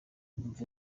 umva